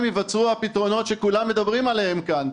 ייווצרו הפתרונות שכולם מדברים עליהם כאן,